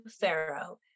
Pharaoh